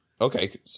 okay